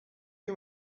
you